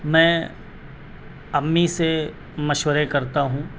میں امی سے مشورے کرتا ہوں